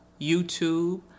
YouTube